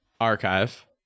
Archive